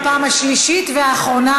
בפעם השלישית והאחרונה,